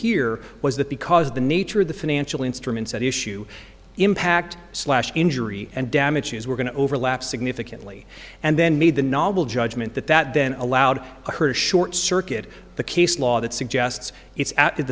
here was that because of the nature of the financial instruments that issue impact slash injury and damages were going to overlap significantly and then made the novel judgment that that then allowed her to short circuit the case law that suggests it's